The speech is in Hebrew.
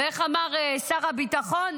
ואיך אמר שר הביטחון?